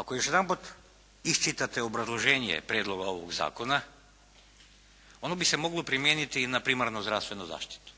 Ako još jedanput iščitate obrazloženje Prijedloga ovog zakona ono bi se moglo primijeniti i na primarnu zdravstvenu zaštitu.